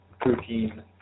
protein